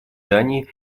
дании